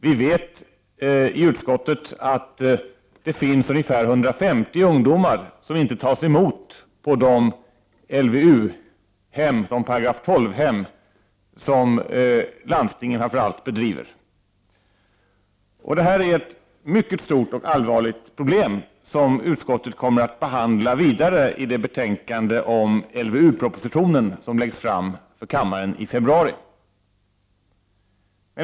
Vi vet i utskottet att det finns ungefär 150 ungdomar som inte tas emot på de 12 §-hem som framför allt landstingen bedriver. Det här är ett mycket stort och allvarligt problem, som utskottet kommer att behandla vidare i det betänkande om LVU-propositionen som läggs fram för kammaren i februari.